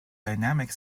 dynamic